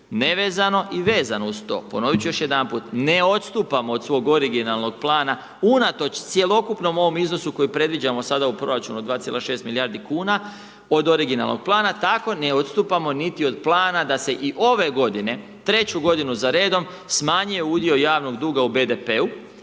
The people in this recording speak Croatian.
nevezano i vezano uz to, ponoviti ću još jedanput, ne odstupamo od svog originalnog plana unatoč cjelokupnom ovom iznosu koji predviđamo sada u proračunu od 2,6 milijardi kuna od originalnog plana, tako ne odstupamo niti od plana da se i ove godine, treću godinu za redom smanjio udio javnog duga u BDP-u